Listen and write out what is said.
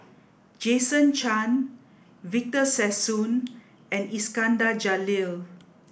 jason Chan Victor Sassoon and Iskandar Jalil